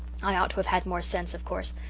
i ought to have had more sense, of course.